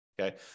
Okay